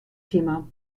thema